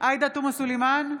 עאידה תומא סלימאן,